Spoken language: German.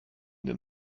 den